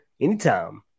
anytime